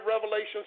Revelations